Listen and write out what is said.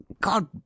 God